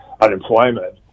unemployment